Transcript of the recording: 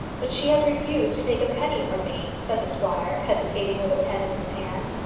but she has refused to take a penny from me, said the squire, hesitating with a pen in his hand.